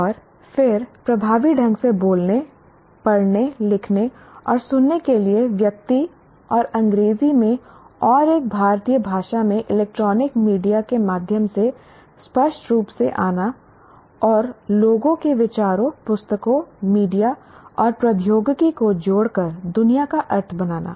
और फिर प्रभावी ढंग से बोलने पढ़ने लिखने और सुनने के लिए व्यक्ति और अंग्रेजी में और एक भारतीय भाषा में इलेक्ट्रॉनिक मीडिया के माध्यम से स्पष्ट रूप से आना और लोगों के विचारों पुस्तकों मीडिया और प्रौद्योगिकी को जोड़कर दुनिया का अर्थ बनाना